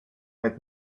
met